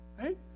Right